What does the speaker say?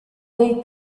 dei